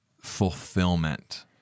fulfillment